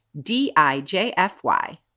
D-I-J-F-Y